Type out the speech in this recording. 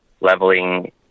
leveling